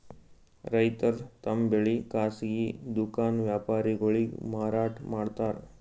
ರೈತರ್ ತಮ್ ಬೆಳಿ ಖಾಸಗಿ ದುಖಾನ್ ವ್ಯಾಪಾರಿಗೊಳಿಗ್ ಮಾರಾಟ್ ಮಾಡ್ತಾರ್